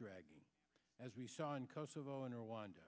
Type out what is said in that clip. dragging as we saw in kosovo in rwanda